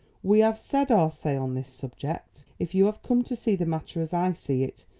we have said our say on this subject. if you have come to see the matter as i see it,